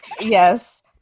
Yes